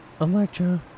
Electra